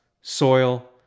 soil